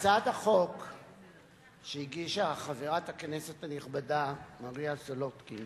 הצעת החוק שהגישה חברת הכנסת הנכבדה מרינה סולודקין